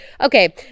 okay